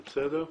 זה בסדר?